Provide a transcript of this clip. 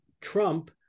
trump